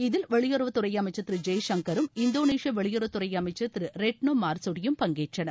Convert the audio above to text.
இதில் வெளியுறவுத் துறை அமைச்சர் திரு ஜெய்சங்கரும் இந்தோனேசிய வெளியுறவுத் துறை அமைச்சர் திரு ரெட்னோ மார்கடியும் பங்கேற்றனர்